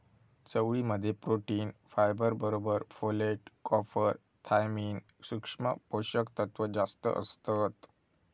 चवळी मध्ये protein, fibre बरोबर फोलेट, कॉपर, थायमिन, सुक्ष्म पोषक तत्त्व जास्तं असतत